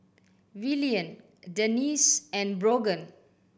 Willian Denisse and Brogan